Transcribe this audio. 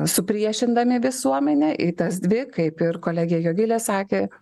supriešindami visuomenę į tas dvi kaip ir kolegė jogilė sakė